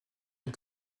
une